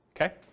okay